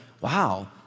wow